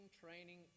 training